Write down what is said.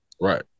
Right